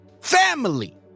Family